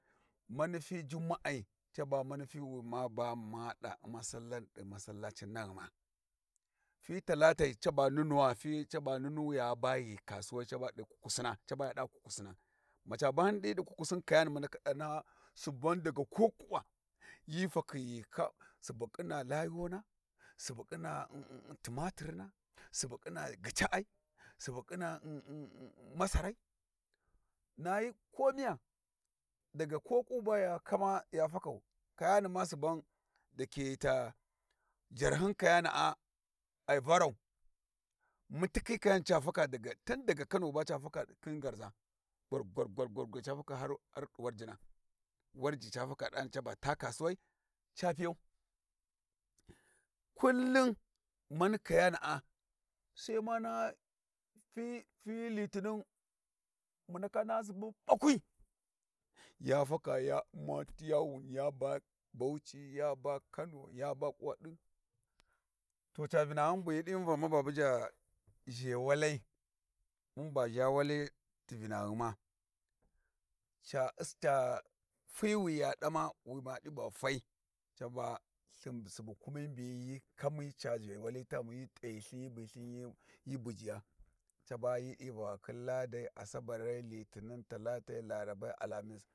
Mani fi jumma'ai caba mani fiwi ma ba u'ma sallah ɗi massallacin naghuma fi talatai ca ba nunuwa fi caba nunu yaba ghi kasuwai caba ɗi kukusina caba ya ɗa kukusina, maca baghun di di kukusin kayana mu ndaka ɗa naha suban daga kokuwa, hyi fakhi ghi subu ƙhina layona, subu ƙhin timatirina, subu ƙhina gyica'ai, subu khin masarai, nayi Komiya daga koku baya kama ya fakau, Kayani ma suban dake ta jarhiyin kayana'a ai varau, mutikhi kayana ca faka daga tun daga kano baca faka khin ngarza ba ca faka warji ca ba taa kasuwa ca piyau, kullum mani kayana'a sai ma naha fifi litinin mu ndaka naha suban ɓakwi, ya faka ya u'ma ti yawun yaba Bauchi yaba kano yaba kuwa din. To vinaghun bu hyi d'i va maba bujja zhewalai, mun ba zha wali ti vinaghuma ca fi wiya dama wi maɗi va fai va lthin subu kumi mbiyayi hyi kami ca zhewali taghumi hyi t'ayin lthin hyi bi lthin hyi bujiya caba hyi ɗi va ghikhin Ladai, Asabarai, Lihinin Tallatai, Larabai, Alamis.